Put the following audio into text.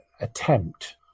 attempt